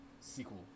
sequel